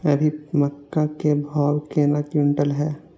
अभी मक्का के भाव केना क्विंटल हय?